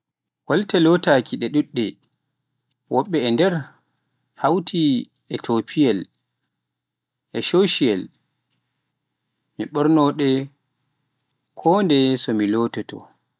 kolte lotaaki ɗe ɗuɗɗe woɓɓe nder hawti e tofiiyel e shohoyel, mi ɓornoɗe kondeye so mi lototo.